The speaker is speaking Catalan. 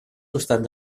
costat